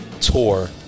tour